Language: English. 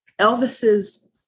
Elvis's